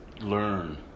learn